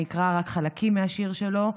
אני אקרא רק חלקים מהשיר שלו.